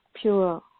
pure